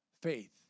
Faith